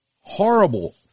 horrible